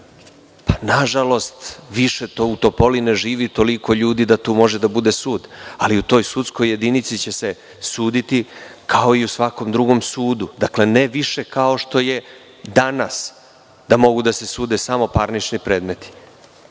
Nažalost, više u Topoli ne živi toliko ljudi da tu može da bude sud, ali u toj sudskoj jedinici će se suditi kao i u svakom drugom sudu. Dakle, ne više kao što je danas, da mogu da se sude samo parnični predmeti,